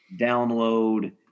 download